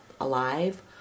alive